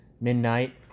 midnight